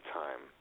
time